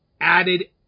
added